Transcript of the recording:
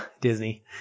Disney